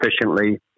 efficiently